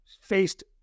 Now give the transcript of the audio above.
faced